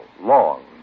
long